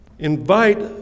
Invite